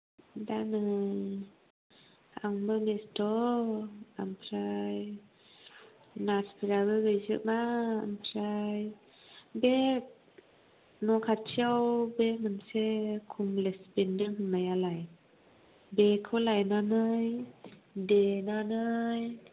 दा नै आंबो बेस्थ' ओमफ्राय नार्सफोराबो गैजोबा ओमफ्राय बे न' खाथियाव बे मोनसे कमलेस बेन्दों होननायालाय बेखौ लायनानै देनानै